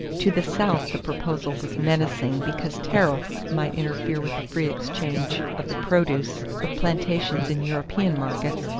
to the south the proposal was menacing because tariffs might interfere with the free exchange of the produce of plantations in european markets,